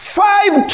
five